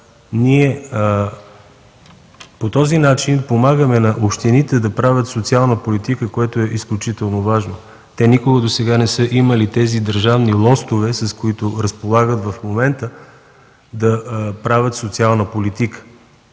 По този начин помагаме на общините да правят социална политика, което е изключително важно. Никога досега не са имали тези държавни лостове, с които разполагат в момента, да правят социална политика